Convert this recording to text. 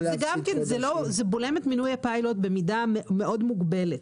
זה בולם את מילוי הפיילוט במידה מאוד מוגבלת.